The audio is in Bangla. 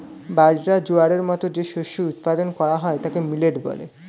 বাজরা, জোয়ারের মতো যে শস্য উৎপাদন করা হয় তাকে মিলেট বলে